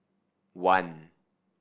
one